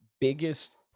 biggest